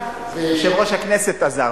יושב-ראש הכנסת עזר,